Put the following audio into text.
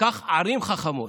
קח ערים חכמות,